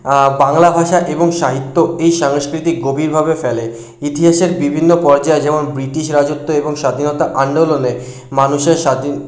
বাংলা ভাষা এবং সাহিত্য এই সাংস্কৃতিক গভীরভাবে ফেলে ইতিহাসের বিভিন্ন পর্যায়ে যেমন ব্রিটিশ রাজত্ব এবং স্বাধীনতা আন্দোলনে মানুষের স্বাধীন